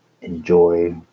enjoy